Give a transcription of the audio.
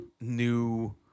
new –